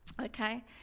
Okay